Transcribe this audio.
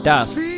Dust